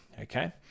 okay